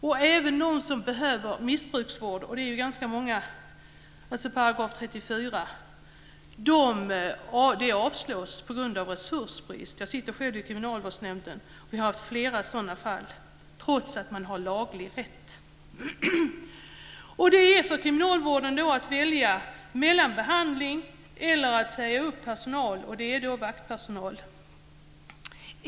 Även för dem som behöver missbruksvård, alltså § 34, och det är ju ganska många, avslås många ansökningar på grund av resursbrist. Jag sitter själv i Kriminalvårdsnämnden och vi har haft flera fall - trots att man har laglig rätt. Det gäller då för kriminalvården att välja mellan behandling eller att säga upp personal, vaktpersonal.